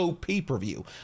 pay-per-view